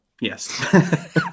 Yes